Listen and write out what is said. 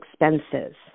expenses